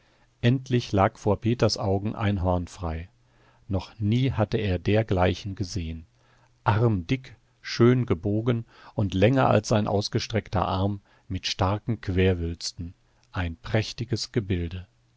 endlich lag vor peters augen ein horn frei noch nie hatte er dergleichen gesehen armdick schön gebogen und länger als sein ausgestreckter arm mit starken querwülsten ein prächtiges gebilde